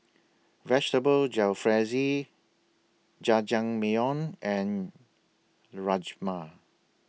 Vegetable Jalfrezi Jajangmyeon and Rajma